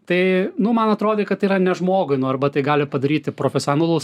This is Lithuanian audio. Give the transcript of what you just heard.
tai nu man atrodė kad yra ne žmogui nu arba tai gali padaryti profesionalus